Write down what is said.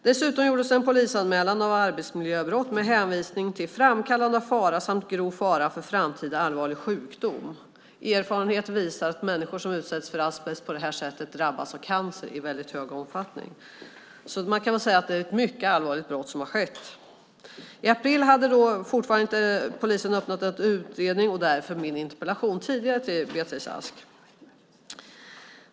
Dessutom gjordes en polisanmälan av arbetsmiljöbrott med hänvisning till framkallande av fara samt grov fara för framtida allvarlig sjukdom. Erfarenheter visar att människor som utsätts för asbest på det här sättet drabbas av cancer i väldigt stor omfattning. Det är ett mycket allvarligt brott som har skett. I april hade polisen fortfarande inte öppnat någon utredning, och det var därför jag tidigare lämnade en interpellation till Beatrice Ask.